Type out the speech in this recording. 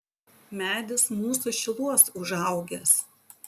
medis mūsų šiluos užaugęs